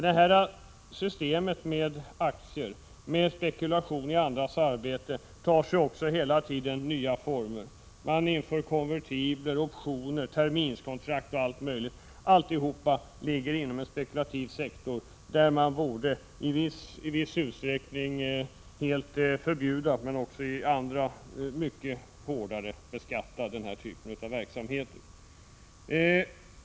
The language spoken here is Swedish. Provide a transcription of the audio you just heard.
Detta system med aktier och med spekulationer i andras arbete tar sig hela tiden uttryck i nya former. Man inför konvertibler, optioner, terminskontrakt och allt möjligt annat. Alltihop ligger inom en spekulativ sektor, som i viss utsträckning borde förbjudas helt och där man också borde införa mycket hårdare beskattning av den här typen av verksamhet.